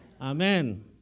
Amen